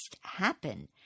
happen